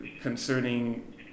concerning